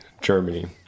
Germany